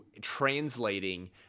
translating